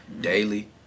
daily